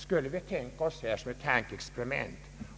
Skulle vi tänka oss